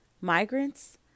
migrants